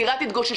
ארבל,